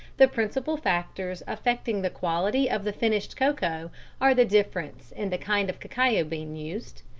the principal factors affecting the quality of the finished cocoa are the difference in the kind of cacao bean used,